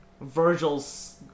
Virgil's